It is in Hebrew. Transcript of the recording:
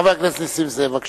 חבר הכנסת נסים זאב, בבקשה.